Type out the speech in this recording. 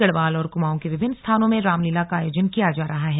गढ़वाल और कुमाऊ के विभिन्न स्थानों में रामलीला का आयोजन किया जा रहा है